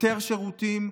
יותר שירותים,